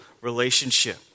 relationship